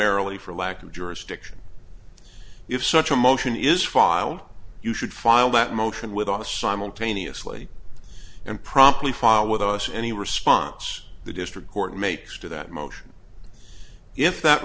y for lack of jurisdiction if such a motion is filed you should file that motion with all the simultaneously and promptly filed with us any response the district court makes to that motion if that